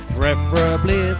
preferably